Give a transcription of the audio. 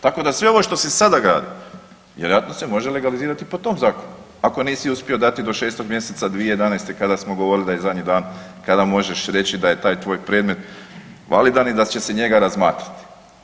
Tako da sve ovo što se sada gradi, vjerojatno se može legalizirati po tom zakonu, ako nisi uspio dati do šestog mjeseca 2011. kada smo govorili da je zadnji dan kada možeš reći da je taj tvoj predmet validan i da će se njega razmatrati.